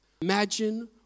Imagine